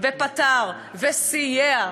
הוא פתר וסייע.